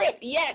Yes